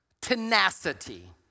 tenacity